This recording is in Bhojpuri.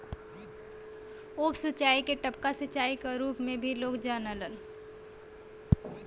उप सिंचाई के टपका सिंचाई क रूप में भी लोग जानलन